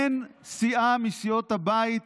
אין סיעה מסיעות הבית,